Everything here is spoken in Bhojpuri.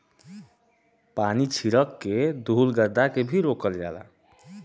पानी छीरक के धुल गरदा के भी रोकल जाला